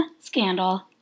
scandal